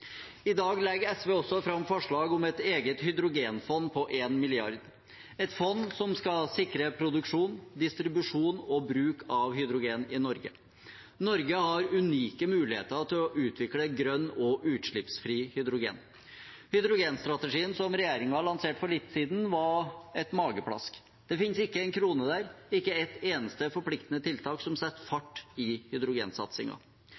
I dag legger også SV fram forslag om et eget hydrogenfond på 1 mrd. kr, et fond som skal sikre produksjon, distribusjon og bruk av hydrogen i Norge. Norge har unike muligheter til å utvikle grønn og utslippsfri hydrogen. Hydrogenstrategien som regjeringen lanserte for litt siden, var et mageplask. Det finnes ikke én krone der, ikke et eneste forpliktende tiltak som setter